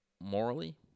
morally